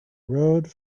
rode